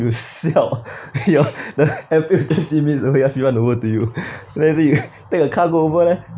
you siao ah your the airfield twenty minutes away you ask me want to go to you then he say take a car go over leh